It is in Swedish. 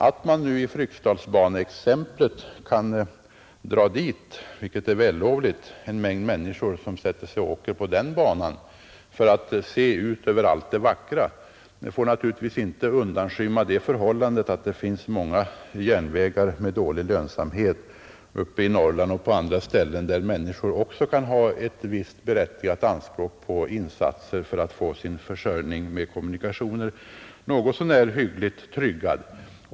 Att man till Fryksdalsbanan kan dra en mängd människor för att se ut över allt det vackra — vilket är vällovligt — får naturligtvis inte undanskymma det förhållandet, att det finns många järnvägar med dålig lönsamhet uppe i Norrland och på andra ställen där människor också kan ha berättigade anspråk på insatser för att få sin försörjning med kommunikationer något så när hyggligt tryggad.